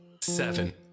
Seven